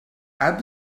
add